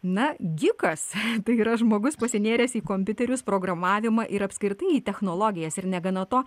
na gikas tai yra žmogus pasinėręs į kompiuterius programavimą ir apskritai į technologijas ir negana to